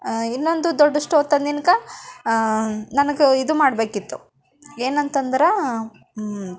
ಇನ್ನೊಂದು ದೊಡ್ಡ ಸ್ಟೋವ್ ತಂದಿನ್ಕ ನನಗೆ ಇದು ಮಾಡಬೇಕಿತ್ತು ಏನಂತಂದರೆ